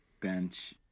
bench